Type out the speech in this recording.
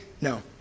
no